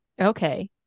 Okay